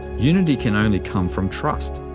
unity can only come from trust.